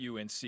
UNC